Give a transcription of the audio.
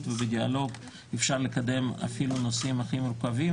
ובדיאלוג אפשר לקדם אפילו נושאים הכי מורכבים,